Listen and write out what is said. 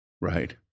right